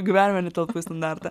gyvenime netelpu į standartą